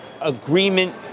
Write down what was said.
agreement